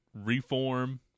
reform